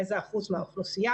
לאיזה אחוז מהאוכלוסייה,